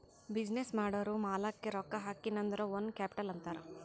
business ಮಾಡೂರ್ ಮಾಲಾಕ್ಕೆ ರೊಕ್ಕಾ ಹಾಕಿನ್ ಅಂದುರ್ ಓನ್ ಕ್ಯಾಪಿಟಲ್ ಅಂತಾರ್